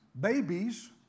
Babies